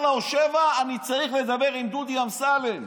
הוא אומר לה: אני צריך לדבר עם דודי אמסלם.